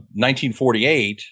1948